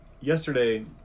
yesterday